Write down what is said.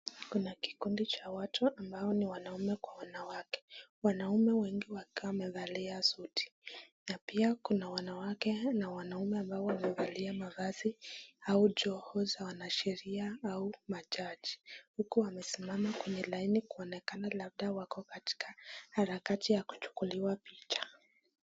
Kuna kikundi cha watu ambao ni wanaume kwa wanawake wanaume wengi wakiwa wamevalia suti na pia kuna wanawake na wanaume ambao wamevalia mavazi ama joho za wanasheria au majaji huku wamesimama kwenye laini kuonekana labda wako katika harakati ya kuchukuliwa picha.